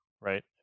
right